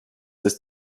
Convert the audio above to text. ist